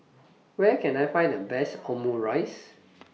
Where Can I Find The Best Omurice